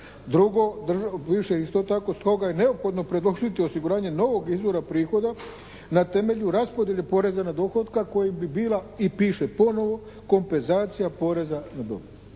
Drugo, piše isto tako: «Stoga je neophodno predložiti osiguranje novog izvora prihoda na temelju raspodjele poreza na dohodak koja bi bila» i piše ponovo «kompenzacija poreza na dobit».